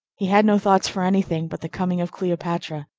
he had no thoughts for any thing but the coming of cleopatra,